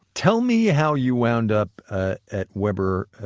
tell me how you wound up ah at weber,